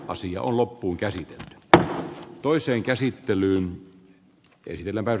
asia on loppuunkäsitelty tai en osaa sanoa